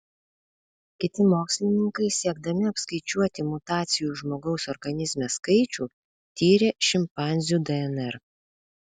kiti mokslininkai siekdami apskaičiuoti mutacijų žmogaus organizme skaičių tyrė šimpanzių dnr